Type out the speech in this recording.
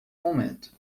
momento